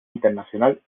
internacional